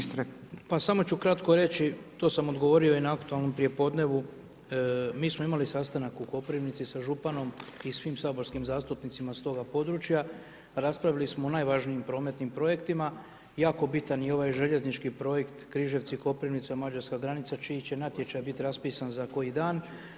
Gospodine ministre, pa samo ću kratko reći, to sam odgovorio i na aktualnom prijepodnevu, mi smo imali sastanak u Koprivnici sa županom i svim saborskim zastupnicima iz toga područja a raspravili smo o najvažnijim prometnim projektima, jako bitan i ovaj željeznički projekt, Križevci-Koprivnica, mađarska granica čiji će natječaj biti raspisan za koji dan.